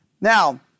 Now